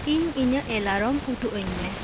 ᱤᱧ ᱤᱧᱟᱹᱜ ᱮᱞᱟᱨᱚᱢ ᱩᱫᱩᱜ ᱟᱹᱧ ᱢᱮ